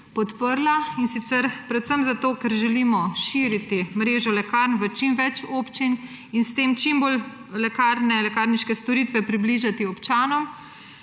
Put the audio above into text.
podprla, in sicer predvsem zato, ker želimo širiti mrežo lekarn v čim več občin in s tem lekarniške storitve čim bolj približati občanov.